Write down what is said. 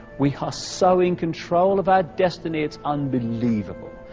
we are so in control of our destiny, it's unbelievable,